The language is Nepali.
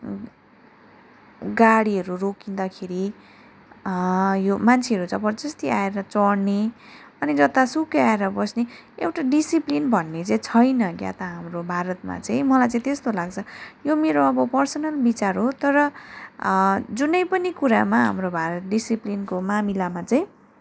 गाडीहरू रोकिँदाखेरि यो मान्छेहरू जबर्जस्ती आएर चढ्ने अनि जतासुकै आएर बस्ने एउटा डिसिप्लिन भन्ने चाहिँ छैन क्या त हाम्रो भारतमा चाहिँ मलाई चाहिँ त्यस्तो लाग्छ यो मेरो अब पर्सनल विचार हो तर जुनै पनि कुरामा हाम्रो भारत डिसिप्लिनको मामिलामा चाहिँ